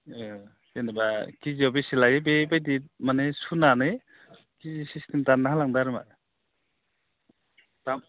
जेनेबा केजिआव बेसे लायो बेबायदि माने सुनानै केजि सिस्टेम दानना होलांदो आरो मा